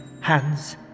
hands